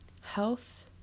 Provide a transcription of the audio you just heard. Health